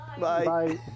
Bye